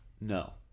No